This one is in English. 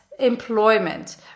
employment